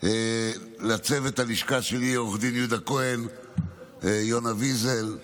ולצוות הלשכה שלי, עו"ד יהודה כהן, יונה ויזל.